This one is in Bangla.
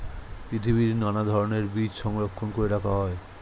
পৃথিবীর নানা ধরণের বীজ সংরক্ষণ করে রাখা হয়